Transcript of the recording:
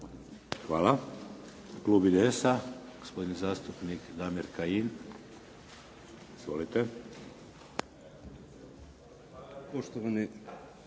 Hvala. Klub IDS-a, gospodin zastupnik Damir Kajin. Izvolite. **Kajin,